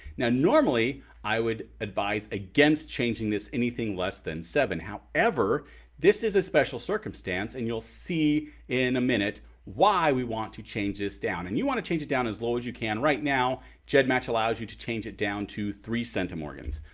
normally i would advise against changing this tp anything less than seven. however this is a special circumstance, and you'll see in a minute why we want to change this down. and you want to change it down as low as you can right now. gedmatch allows you to change it down to three centimorgans.